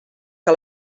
que